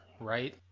right